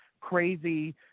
crazy